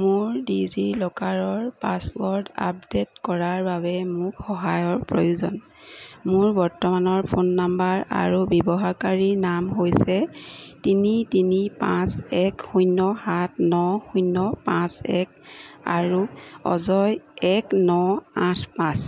মোৰ ডিজিলকাৰৰ password update কৰাৰ বাবে মোক সহায়ৰ প্ৰয়োজন মোৰ বৰ্তমানৰ ফোন নম্বৰ আৰু ব্যৱহাৰকাৰী নাম হৈছে তিনি তিনি পাঁচ এক শূন্য সাত ন শূন্য পাঁচ এক আৰু অজয় এক ন আঠ পাঁচ